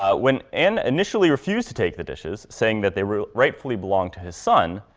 ah when anne initially refused to take the dishes saying that they re rightfully belonged to his son,